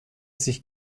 sich